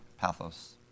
pathos